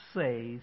says